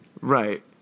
Right